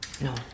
No